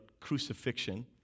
crucifixion